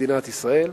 מדינת ישראל.